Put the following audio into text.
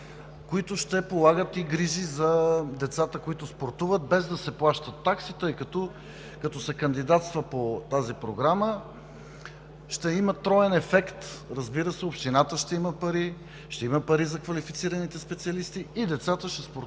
които ще полагат и грижи за децата, които спортуват, без да се плащат такси, тъй като, като се кандидатства по тази програма, ще има троен ефект. Разбира се, и общината ще има пари, ще има пари за квалифицираните специалисти, децата ще спортуват